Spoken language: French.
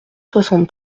soixante